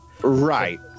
Right